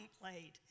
played